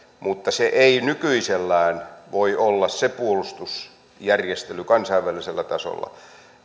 mutta se ei nykyisellään voi olla se puolustusjärjestely kansainvälisellä tasolla